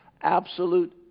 Absolute